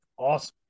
Awesome